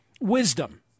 wisdom